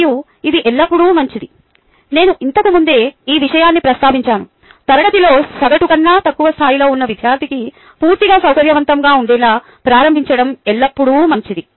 మరియు ఇది ఎల్లప్పుడూ మంచిది నేను ఇంతకు ముందే ఈ విషయాన్ని ప్రస్తావించాను తరగతిలో సగటు కన్నా తక్కువ స్థాయిలో ఉన్న విద్యార్థికి పూర్తిగా సౌకర్యవంతంగా ఉండేలా ప్రారంభించడం ఎల్లప్పుడూ మంచిది